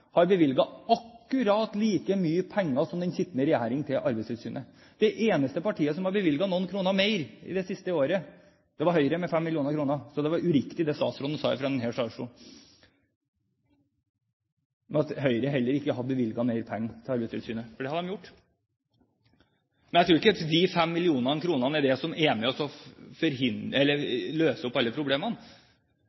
har bevilget akkurat like mye penger som den sittende regjering til Arbeidstilsynet. Det eneste partiet som har bevilget noen kroner mer i det siste året, er Høyre, med 5 mill. kr. Så det var uriktig det statsråden sa fra denne talerstolen om at Høyre heller ikke har bevilget mer penger til Arbeidstilsynet. Det har de gjort, men jeg tror ikke de 5 mill. kr er det som er med